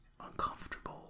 uncomfortable